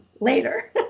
later